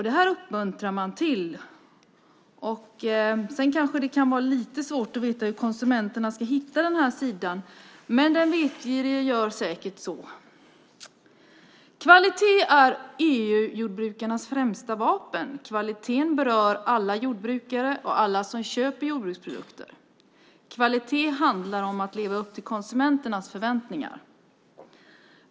Det här uppmuntrar man till. Det kan vara lite svårt för konsumenterna att veta hur man kan hitta den rätta sidan, men de vetgiriga gör det säkert. Kvalitet är EU-jordbrukarnas främsta vapen. Kvaliteten berör alla jordbrukare och alla som köper jordbruksprodukter. Kvalitet handlar om att leva upp till konsumenternas förväntningar.